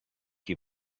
you